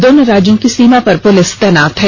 दोनों राज्यों की सीमा पर प्रलिस तैनात हैं